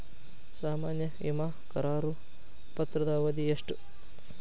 ಸಾಮಾನ್ಯ ವಿಮಾ ಕರಾರು ಪತ್ರದ ಅವಧಿ ಎಷ್ಟ?